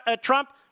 Trump